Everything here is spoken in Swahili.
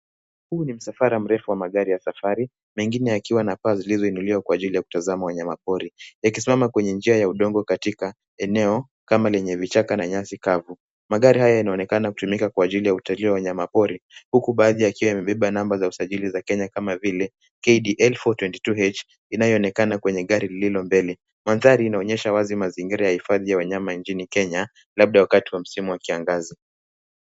Huu ni msafara mrefu wa magari ya safari , mengine yakiwa na paa zilizo inuliwa kwa jili ya kutazama wanyama pori , yakisimama kwenye njia ya udongo katika eneo kama lenye vichaka na nyasi kavu. Magari haya yana onekana kutumika kwa ajili ya utafsiri wa wanyama pori huku baadhi yakiwa yame beba namba za usajili za Kenya kama vile KDL 422H inayo onekana kwenye gari lililo mbele. Mandhari ina onyesha wazi mazingira ya hifadhi ya wanyama nchini Kenya labda wakati wa msimu wa kiangazi.